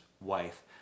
wife